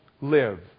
live